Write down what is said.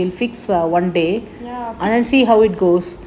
ya fix fix